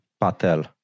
Patel